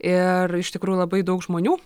ir iš tikrųjų labai daug žmonių